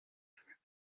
for